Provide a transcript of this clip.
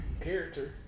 character